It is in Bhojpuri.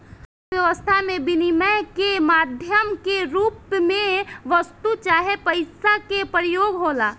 अर्थव्यस्था में बिनिमय के माध्यम के रूप में वस्तु चाहे पईसा के प्रयोग होला